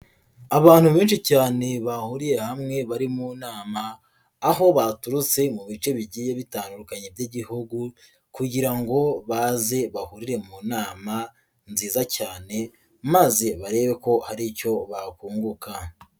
Abantu benshi cyane bahuriye hamwe bari mu nama, aho baturutse mu bice bigiye bitandukanye by'Igihugu kugira ngo baze bahurire mu nama nziza cyane maze barebe ko hari icyo bakunguka.